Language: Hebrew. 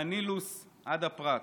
מהנילוס עד הפרת.